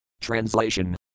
Translation